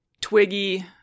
twiggy